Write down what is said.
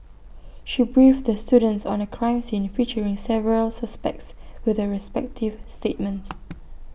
she briefed the students on A crime scene featuring several suspects with their respective statements